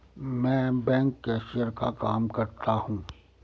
मैं बैंक में कैशियर का काम करता हूं